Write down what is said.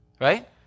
right